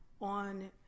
on